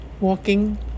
walking